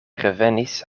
revenis